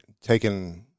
taken